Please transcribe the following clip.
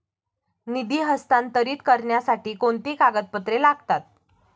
निधी हस्तांतरित करण्यासाठी कोणती कागदपत्रे लागतात?